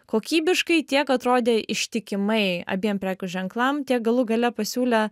kokybiškai tiek atrodė ištikimai abiem prekių ženklam tiek galų gale pasiūlė